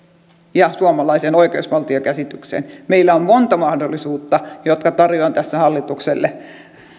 ja suomalaiseen oikeusvaltiokäsitykseen meillä on monta mahdollisuutta jotka tarjoan tässä hallitukselle